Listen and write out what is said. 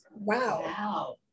Wow